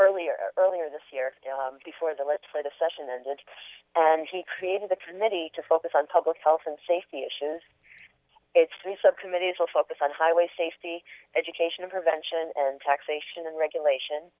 earlier earlier this year before the legislative session ended and he created the committee to focus on public health and safety issues it's the subcommittees will focus on highway safety education prevention and taxation and regulation